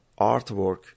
artwork